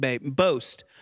Boast